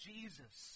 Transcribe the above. Jesus